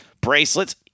bracelets